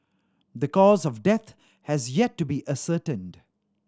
the cause of death has yet to be ascertained